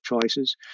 choices